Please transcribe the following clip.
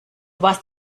warst